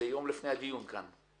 זה יום לפני הדיון כאן.